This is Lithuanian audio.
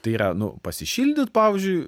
tai yra nu pasišildyt pavyzdžiui